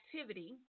activity